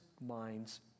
minds